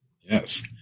Yes